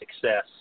success